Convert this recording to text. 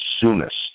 soonest